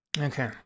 Okay